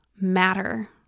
matter